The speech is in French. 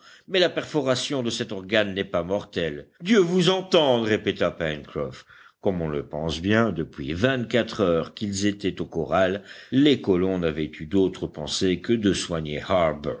mais la perforation de cet organe n'est pas mortelle dieu vous entende répéta pencroff comme on le pense bien depuis vingt-quatre heures qu'ils étaient au corral les colons n'avaient eu d'autre pensée que de soigner